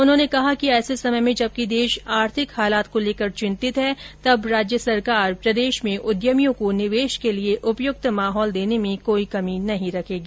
उन्होंने कहा कि ऐसे समय में जबकि देश आर्थिक हालात को लेकर चितिंत है तब राज्य सरकार प्रदेश में उद्यमियों को निवेश के लिये उपयुक्त माहौल देने में कोई कमी नहीं रखेगी